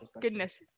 goodness